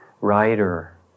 writer